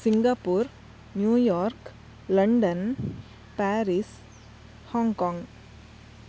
Singapore New York London Paris Hong Kong